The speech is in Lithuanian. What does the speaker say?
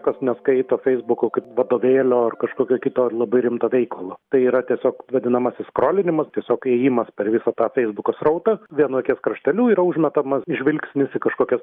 kas neskaito feisbuko kaip vadovėlio ar kažkokio kito labai rimto veikalo tai yra tiesiog vadinamasis skrolinimas tiesiog ėjimas per visą tą feisbuko srautą vienu akies krašteliu yra užmetamas žvilgsnis į kažkokias